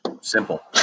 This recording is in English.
Simple